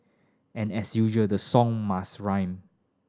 and as usual the song must rhyme